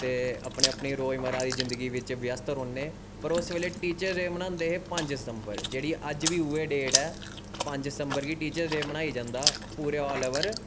ते अपने अपने रोजमरा दी जिन्दगी बिच्च व्यस्त रौह्ने पर उसलै टीचर डे बनांदे हे पंज सितंबर जेह्ड़ी अज बी उऐ डेट ऐ पंज सितंबर गी टीचर डे बनाई जंदा पूरे आल ओबर